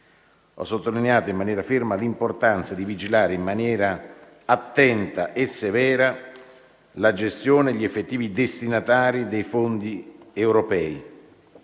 Ho sottolineato in maniera ferma l'importanza di vigilare in maniera attenta e severa la gestione e gli effettivi destinatari dei fondi europei,